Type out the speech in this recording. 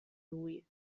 lui